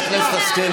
חברת הכנסת גולן,